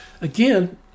again